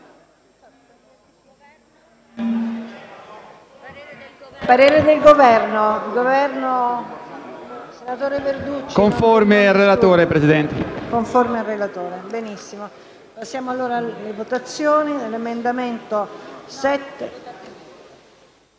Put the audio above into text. parte del Governo.